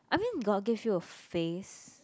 I mean god gave you a face